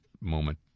moment